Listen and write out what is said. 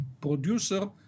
producer